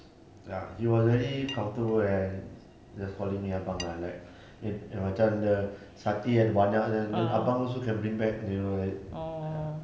ya he was very comfortable and just calling me abang ah like if macam dia satay ada banyak ya then abang also can bring back the